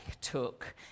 took